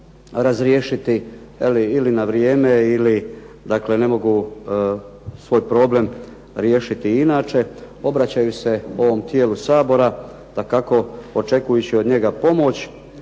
razriješiti ili na vrijeme ili dakle ne mogu svoj problem riješiti inače obraćaju se ovom tijelu Sabora, dakako očekujući od njega pomoć,